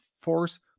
force